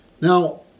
Now